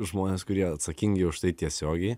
žmones kurie atsakingi už tai tiesiogiai